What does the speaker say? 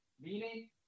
meaning